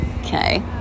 okay